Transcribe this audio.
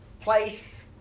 place